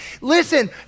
Listen